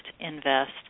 invest